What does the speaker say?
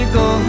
go